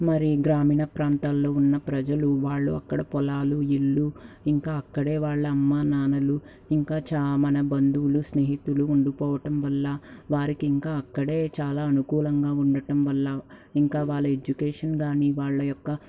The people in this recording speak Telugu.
మరి గ్రామీణ ప్రాంతాల్లో ఉన్న ప్రజలు వాళ్ళు అక్కడ పొలాలు ఇల్లు ఇంకా అక్కడే వాళ్ళ అమ్మానాన్నలు ఇంకా చా మన బంధువులు స్నేహితులు ఉండిపోవటం వల్ల వారికి ఇంకా అక్కడే చాలా అనుకూలంగా ఉండటం వల్ల ఇంకా వాళ్ళ ఎడ్యుకేషన్ కానీ వాళ్ళ యొక్క